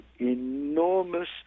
enormous